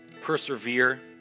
persevere